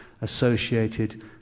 associated